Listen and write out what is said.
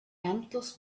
endless